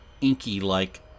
inky-like